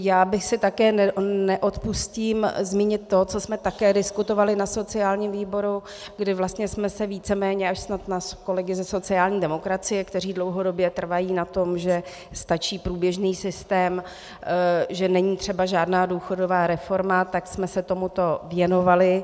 Já si také neodpustím zmínit to, co jsme také diskutovali na sociálním výboru, kdy jsme se víceméně až snad na kolegy ze sociální demokracie, kteří dlouhodobě trvají na tom, že stačí průběžný systém, že není třeba žádná důchodová reforma, tak jsme se tomuto věnovali.